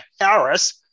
Harris